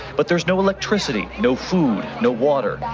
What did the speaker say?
but there's no electricity, no food, no water.